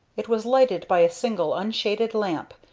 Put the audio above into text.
it was lighted by a single, unshaded lamp,